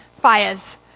fires